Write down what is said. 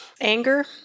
anger